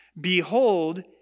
Behold